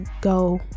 go